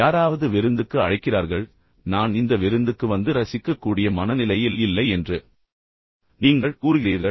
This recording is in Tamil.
யாராவது விருந்துக்கு அழைக்கிறார்கள் நான் இந்த விருந்துக்கு வந்து ரசிக்கக் கூடிய மனநிலையில் இல்லை என்று நீங்கள் கூறுகிறீர்கள்